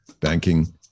banking